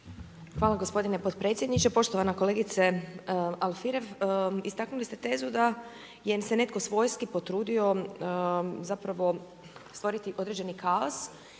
Hvala gospodine podpredsjedniče. Poštovana kolegice Alfirev, istaknuli ste tezu da se netko svojski potrudio zapravo stvoriti određeni kaos